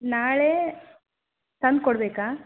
ನಾಳೆ ತಂದು ಕೊಡಬೇಕಾ